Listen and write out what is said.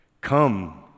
Come